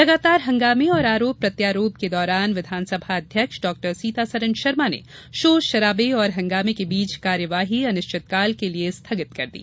लगातार हंगामे और आरोप प्रत्यारोप के दौरान विधानसभा अध्यक्ष डॉ सीतासरन शर्मा ने शोरशराबे और हंगामे के बीच कार्यवाही अनिश्चितकाल के लिए स्थगित कर दी